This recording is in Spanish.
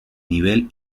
nivel